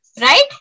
Right